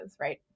right